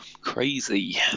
crazy